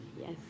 Yes